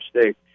State